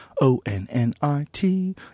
O-N-N-I-T